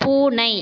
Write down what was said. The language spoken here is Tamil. பூனை